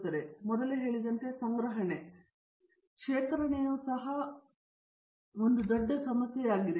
ನಾನು ಮೊದಲೇ ಹೇಳಿದಂತೆ ಸಂಗ್ರಹಣೆ ಶೇಖರಣೆಯು ಸಹ ಒಂದು ದೊಡ್ಡ ಸಮಸ್ಯೆಯಾಗಿದೆ